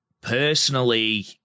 Personally